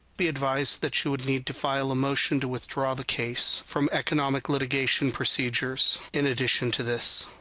the advice that you would need to file a motion to withdraw the case from economic litigation procedures. in addition to this,